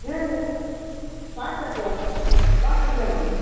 நேரில் வாட்ஸ்ஆப்பில் அனுப்பிவிடுப்பா வாட்ஸ்ஆப்லேயே அனுப்பிடு